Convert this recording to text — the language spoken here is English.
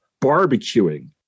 barbecuing